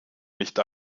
nicht